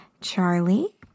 Charlie